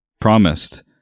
promised